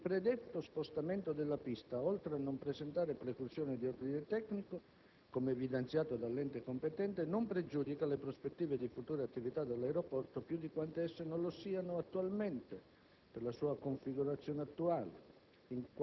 Il predetto spostamento della pista, oltre a non presentare preclusioni di ordine tecnico - come evidenziato dall'ente competente - non pregiudica le prospettive di future attività dell'aeroporto più di quanto esse non lo siano attualmente per la sua configurazione attuale,